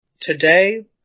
Today